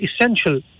essential